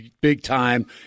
big-time